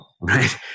right